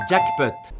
Jackpot